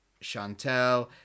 Chantel